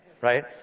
right